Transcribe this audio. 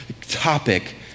topic